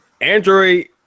Android